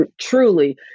truly